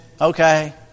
Okay